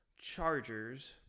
Chargers